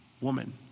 woman